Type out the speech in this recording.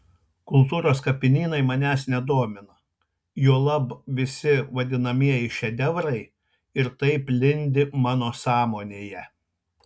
kultūros kapinynai manęs nedomina juolab visi vadinamieji šedevrai ir taip lindi mano sąmonėje